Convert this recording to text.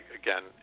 again